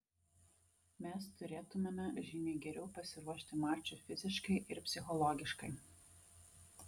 mes turėtumėme žymiai geriau pasiruošti mačui fiziškai ir psichologiškai